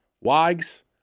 Wags